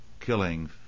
killing